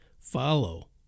follow